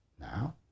now